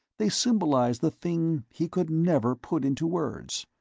they symbolized the thing he could never put into words.